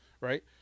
Right